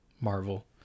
Marvel